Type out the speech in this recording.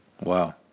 Wow